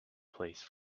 place